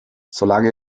solange